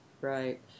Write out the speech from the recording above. right